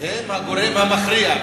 הן הגורם המכריע,